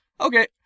Okay